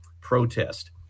protest